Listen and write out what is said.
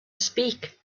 speak